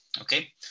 okay